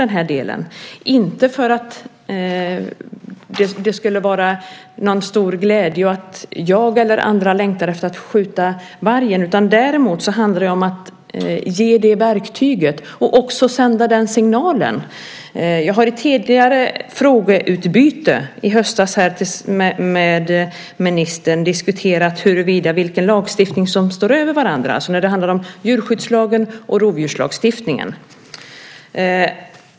Det är inte fråga om att det skulle vara till stor glädje för mig eller andra att skjuta varg. Däremot handlar det om att ge verktyget och sända den signalen. Jag har i tidigare frågeutbyte i höstas med ministern diskuterat vilken lagstiftning som står över den andra. Det är fråga om djurskyddslagen och rovdjurslagstiftningen.